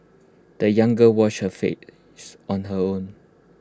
the young girl washed her face on her own